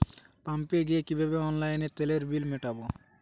পাম্পে গিয়ে কিভাবে অনলাইনে তেলের বিল মিটাব?